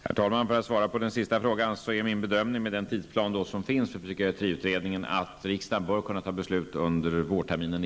Herr talman! Med den tidsplan som finns för psykiatriutredningen är min bedömning att riksdagen bör kunna fatta beslut under vårterminen